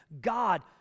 God